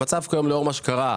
לאור מה שקרה,